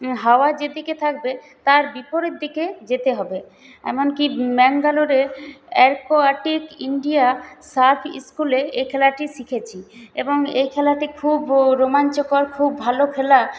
হাওয়া যেদিকে থাকবে তার বিপরীত দিকে যেতে হবে এমনকি ম্যাঙ্গালোরে অ্যাকুয়াটিক ইন্ডিয়া সার্ফ ইস্কুলে এই খেলাটি শিখেছি এবং এই খেলাটি খুব রোমাঞ্চকর খুব ভালো খেলা